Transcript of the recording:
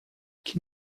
que